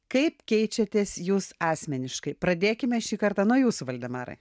kaip keičiatės jūs asmeniškai pradėkime šį kartą nuo jūsų valdemarai